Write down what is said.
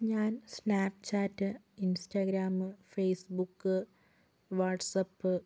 ഞാൻ Snapchat Instagram Facebook WhatsApp